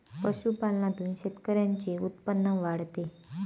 पशुपालनातून शेतकऱ्यांचे उत्पन्न वाढते